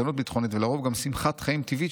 איתנות ביטחונית ולרוב גם שמחת חיים טבעית